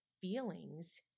feelings